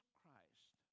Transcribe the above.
Christ